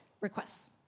requests